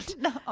No